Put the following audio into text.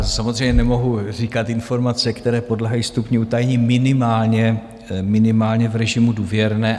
Samozřejmě nemohu říkat informace, které podléhají stupni utajení, minimálně v režimu důvěrné.